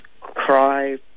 Cry